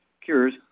Cures